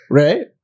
right